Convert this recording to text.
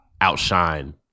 outshine